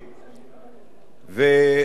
וללא ספק,